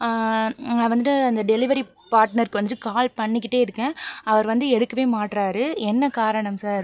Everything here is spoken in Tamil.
நான் வந்துட்டு அந்த டெலிவரி பாட்னர்க்கு வந்துட்டு கால் பண்ணிக்கிட்டே இருக்கேன் அவர் வந்து எடுக்கவே மாட்டுறாரு என்ன காரணம் சார்